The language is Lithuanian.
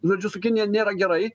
žodžiu su kinija nėra gerai